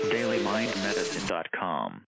DailyMindMedicine.com